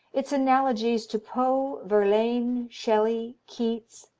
its analogies to poe, verlaine, shelley, keats,